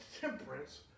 temperance